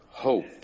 hope